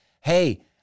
hey